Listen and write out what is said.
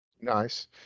Nice